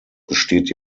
besteht